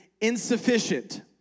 insufficient